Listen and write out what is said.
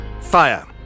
fire